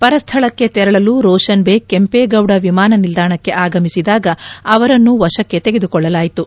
ಪರಸ್ದಳಕ್ಕೆ ತೆರಳಲು ರೋಷನ್ ಬೇಗ್ ಕೆಂಪೇಗೌಡ ವಿಮಾನ ನಿಲ್ದಾಣಕ್ಕೆ ಆಗಮಿಸಿದಾಗ ಅವರನ್ನು ವಶಕ್ಕೆ ತೆಗೆದುಕೊಳ್ಳಲಾಯಿತು